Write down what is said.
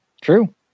true